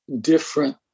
different